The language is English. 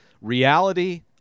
reality